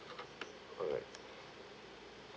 alright